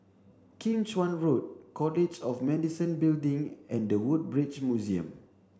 Kim Chuan Road College of Medicine Building and the Woodbridge Museum